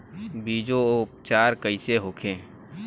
बीजो उपचार कईसे होखे?